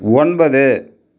ஒன்பது